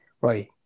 right